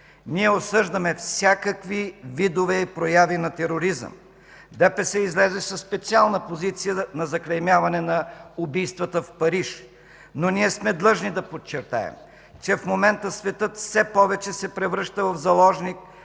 Ние осъждаме всякакви видове и прояви на тероризъм. ДПС излезе със специална позиция на заклеймяване на убийствата в Париж. Но ние сме длъжни да подчертаем, че в момента светът все повече се превръща в заложник